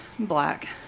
black